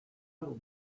will